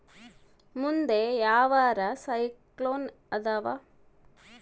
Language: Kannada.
ಮುಂದೆ ಯಾವರ ಸೈಕ್ಲೋನ್ ಅದಾವ?